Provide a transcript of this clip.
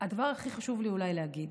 הדבר הכי חשוב לי אולי להגיד,